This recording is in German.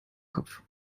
kopf